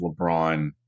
LeBron